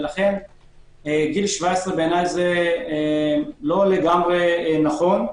לכן גיל 17 בעיניי זה לא לגמרי נכון.